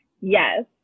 Yes